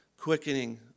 quickening